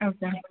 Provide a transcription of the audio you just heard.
okay